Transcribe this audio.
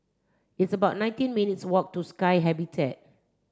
it's about nineteen minutes' walk to Sky Habitat